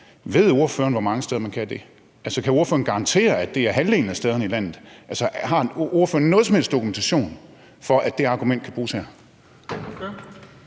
Ved ordføreren, hvor mange steder man kan det? Kan ordføreren garantere, at det er halvdelen af stederne i landet? Altså, har ordføreren nogen som helst dokumentation for, at det argument kan bruges her?